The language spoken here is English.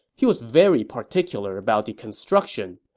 he was very particular about the construction.